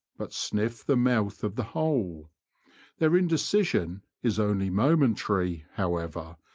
but sniff the mouth of the hole their inde cision is only momentary, however,